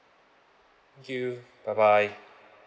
thank you bye bye